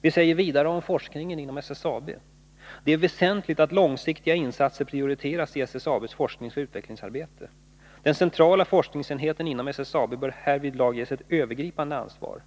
Vi säger vidare om forskning vid SSAB: ”Det är väsentligt att långsiktiga insatser prioriteras i SSAB:s forskningsoch utvecklingsarbete. Den centrala forskningsenheten inom SSAB bör härvidlag ges ett övergripande ansvar.